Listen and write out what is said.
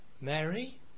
Mary